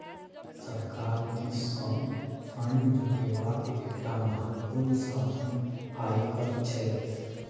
सरकार दिससँ फंड जुटेबाक एकटा महत्वपूर्ण साधन आयकर छै